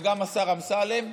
וגם השר אמסלם,